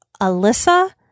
Alyssa